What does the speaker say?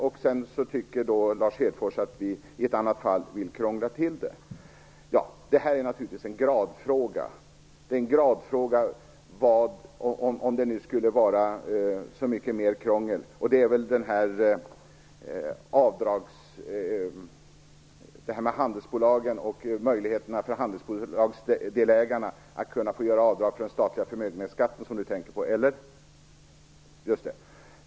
Lars Hedfors tycker att vi i ett annat fall vill krångla till det. Det är naturligtvis en gradfråga, om det nu skulle vara så mycket mer krångel. Det är väl möjligheterna för handelsbolagsdelägarna att kunna få göra avdrag i samband med den statliga förmögenhetsskatten som Lars Hedfors tänker på. Just det.